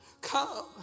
come